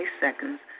seconds